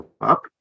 up